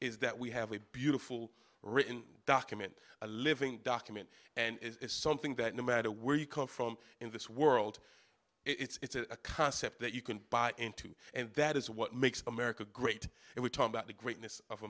is that we have a beautiful written document a living document and it's something that no matter where you come from in this world it's a concept that you can buy into and that is what makes america great and we talk about the greatness of